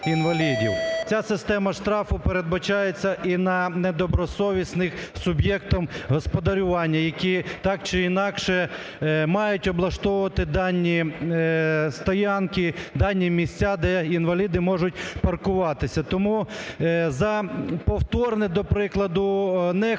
Ця система штрафів передбачається і на недобросовісних суб'єктів господарювання, які так чи інакше мають облаштовувати дані стоянки, дані місця, де інваліди можуть паркуватися. Тому за повторне, до прикладу, нехтування